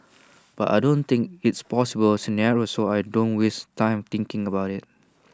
but I don't think it's A possible scenario so I don't waste time thinking about IT